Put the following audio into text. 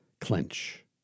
clench